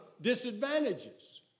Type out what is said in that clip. disadvantages